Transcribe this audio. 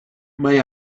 may